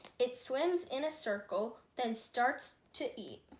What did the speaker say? it swims in a circle then starts to eat.